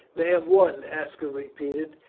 they have won, aska repeated,